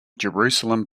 jerusalem